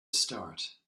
start